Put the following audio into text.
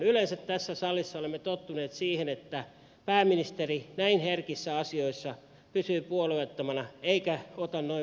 yleensä tässä salissa olemme tottuneet siihen että pääministeri näin herkissä asioissa pysyy puolueettomana eikä ota noin voimakasta kantaa